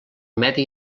medi